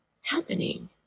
happening